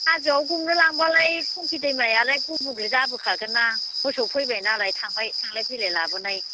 हाजोआव गुमनो लांबालाय थंकि दैमायालाय गुबुंले जाबोखागोन ना मोसौ फैबाय नालाय थांबाय थांलाय फैलाय लाबोनाय